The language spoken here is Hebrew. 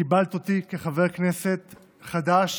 קיבלת אותי כחבר כנסת חדש